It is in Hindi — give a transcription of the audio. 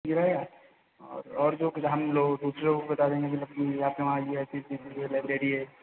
ठीक रहेगा और और जो कुछ हम लोग दूसरों को बता देंगे कि आपके वहाँ आइए ऐसी ऐसी लाइब्रेरी है एक